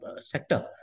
sector